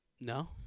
No